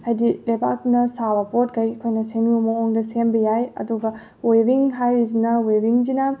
ꯍꯥꯏꯗꯤ ꯂꯩꯕꯥꯛꯅ ꯁꯥꯕ ꯄꯣꯠꯈꯩ ꯑꯩꯈꯣꯏꯅ ꯁꯦꯝꯅꯤꯡꯕ ꯃꯑꯣꯡꯗ ꯁꯦꯝꯕ ꯌꯥꯏ ꯑꯗꯨꯒ ꯋꯦꯕꯤꯡ ꯍꯥꯏꯔꯤꯁꯤꯅ ꯋꯦꯕꯤꯡꯁꯤꯅ